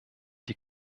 die